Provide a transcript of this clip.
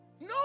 No